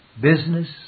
Business